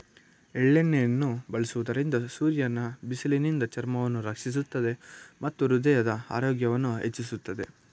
ಎಳ್ಳೆಣ್ಣೆಯನ್ನು ಬಳಸುವುದರಿಂದ ಸೂರ್ಯನ ಬಿಸಿಲಿನಿಂದ ಚರ್ಮವನ್ನು ರಕ್ಷಿಸುತ್ತದೆ ಮತ್ತು ಹೃದಯದ ಆರೋಗ್ಯವನ್ನು ಹೆಚ್ಚಿಸುತ್ತದೆ